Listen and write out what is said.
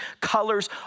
colors